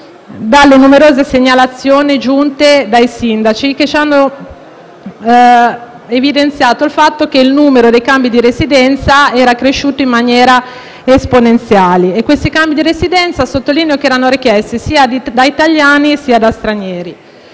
le numerose segnalazioni giunte dai sindaci, che hanno evidenziato come il numero dei cambi di residenza fosse cresciuto in maniera esponenziale. Questi cambi di residenza - lo sottolineo - erano richiesti sia da italiani che da stranieri.